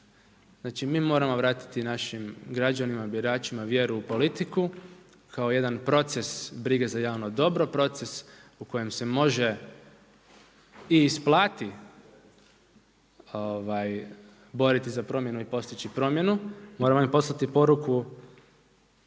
Znači, mi moramo vratiti našim građanima, biračima vjeru u politiku kao jedan proces brige za javno dobro, proces u kojem se može i isplati boriti za promjenu i postići promjenu. Moramo im poslati poruku